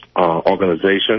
organization